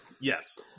Yes